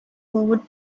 over